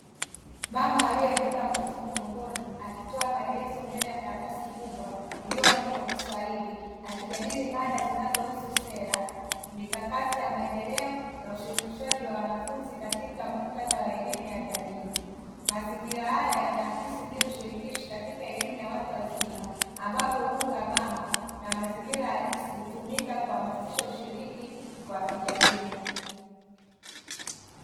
Mama aliyebeba mtoto mgongoni akitoa maelezo mbele ya karatasi kubwa iliyoandikwa kwa kiswahili akijadili mada zinazohusu sera, mikakati ya maendeleo, na ushirikishaji wa wanafunzi katika muktadha wa elimu ya jamii. Mazingira haya yanaakisi mbinu shirikishi katika elimu ya watu wazima ambapo lugha mama na mazingira halisi hutumika kuhamasisha ushiriki wa kijamii.